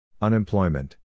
Unemployment